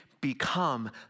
become